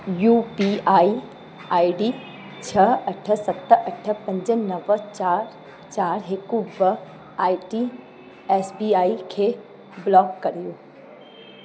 U P I I D छह अठ सत अठ पंज नव चारि चारि हिकु ॿ I T S B I खे ब्लॉक कयो